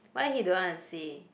why he don't want to see